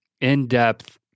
in-depth